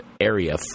area